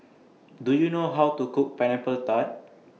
Do YOU know How to Cook Pineapple Tart